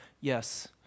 yes